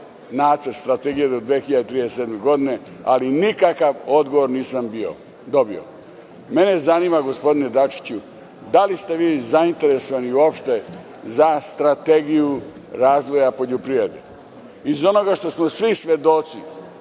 nacrt strategije do 2037. godine, ali nikakav odgovor nisam dobio. Mene zanima, gospodine Dačiću, da li ste vi zainteresovani uopšte za strategiju razvoja poljoprivrede? Iz onoga što smo svi svedoci